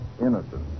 innocent